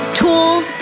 tools